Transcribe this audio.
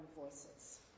voices